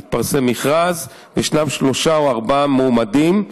מתפרסם מכרז, וישנם שלושה או ארבעה מועמדים.